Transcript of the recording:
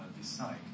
decide